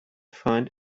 find